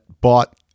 bought